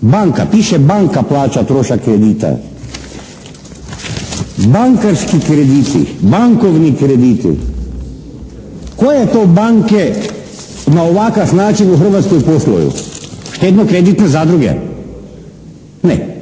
banka. Piše banka plaća trošak kredita. Bankarski krediti, bankovni krediti. Koje to banke na ovakav način u Hrvatskoj posluju? Štedno-kreditne zadruge. Ne.